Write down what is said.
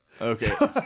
Okay